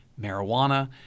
marijuana